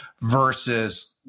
versus –